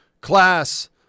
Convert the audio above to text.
class